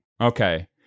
Okay